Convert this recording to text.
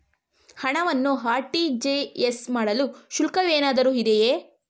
ಹಣವನ್ನು ಆರ್.ಟಿ.ಜಿ.ಎಸ್ ಮಾಡಲು ಶುಲ್ಕವೇನಾದರೂ ಇದೆಯೇ?